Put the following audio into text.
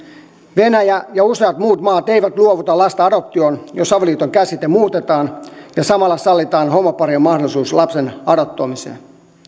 venäjä ja useat muut maat eivät luovuta lasta adoptioon jos avioliiton käsite muutetaan ja samalla sallitaan homoparien mahdollisuus lapsen adoptoimiseen